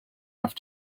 have